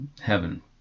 heaven